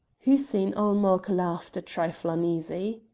hussein-ul-mulk laughed a trifle uneasily.